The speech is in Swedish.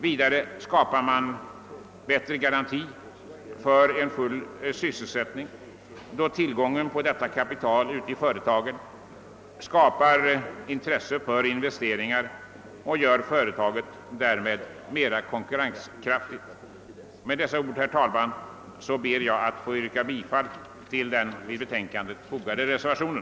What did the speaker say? Vidare åstadkommer man bättre garantier för full sysselsättning, då tillgången till detta kapital i företaget skapar intresse för investeringar och därmed gör företaget mer konkurrenskraftigt. Herr talman! Med dessa ord ber jag alt få yrka bifall till den vid betänkandet fogade reservationen.